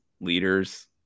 leaders